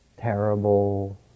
terrible